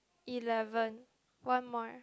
eleven one more